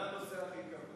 זה הנושא הכי כבד,